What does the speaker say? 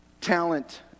Talent